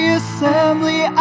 assembly